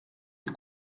des